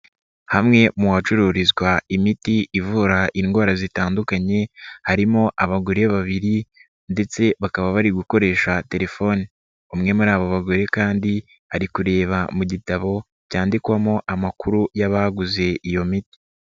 Hamwe mu hacururizwa imiti ivura indwara zitandukanye, harimo abagore babiri ndetse bakaba bari gukoresha terefoni, umwe muri abo bagore kandi ari kureba mu gitabo, cyandikwamo amakuru y'abaguze iyo miti.